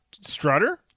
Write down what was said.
Strutter